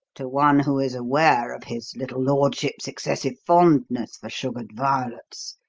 to one who is aware of his little lordship's excessive fondness for sugared violets,